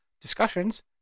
discussions